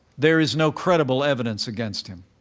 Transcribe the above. there is no credible evidence against him.